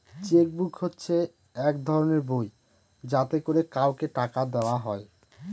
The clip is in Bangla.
চেক বুক হচ্ছে এক ধরনের বই যাতে করে কাউকে টাকা দেওয়া হয়